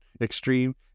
extreme